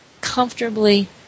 comfortably